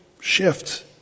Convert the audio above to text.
shift